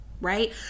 right